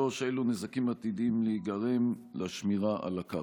3. אילו נזקים עתידים להיגרם לשמירה על הקרקע?